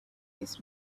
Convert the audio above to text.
his